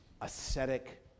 ascetic